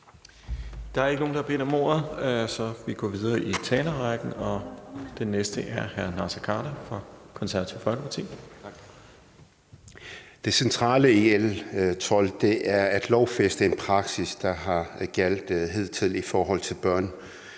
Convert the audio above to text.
Det centrale i L 12 er at lovfæste en praksis, der har været gældende hidtil for